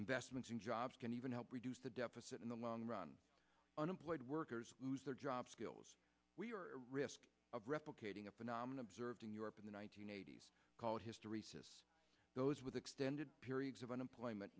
investments in jobs can even help reduce the deficit in the long run unemployed workers lose their job skills risk of replicating a phenomena observed in europe in the one nine hundred eighty s call history says those with extended periods of unemployment